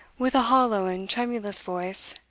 with a hollow and tremulous voice,